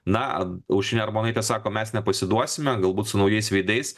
na aušrinė armonaitė sako mes nepasiduosime galbūt su naujais veidais